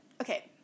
Okay